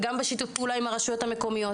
וגם בשיתוף הפעולה עם הרשויות המקומיות.